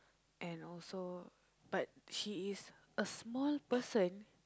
and also but she is a small person